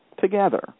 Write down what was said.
together